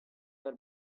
were